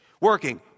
Working